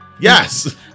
Yes